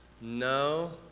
no